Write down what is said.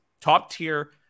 top-tier